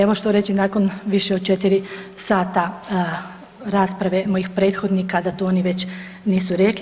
Evo što reći nakon više od 4 sata rasprave mojih prethodnika da to oni već nisu rekli.